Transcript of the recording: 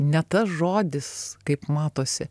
ne tas žodis kaip matosi